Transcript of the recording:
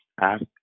Ask